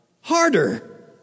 harder